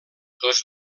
els